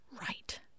right